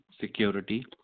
security